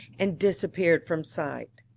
and disappeared from sight.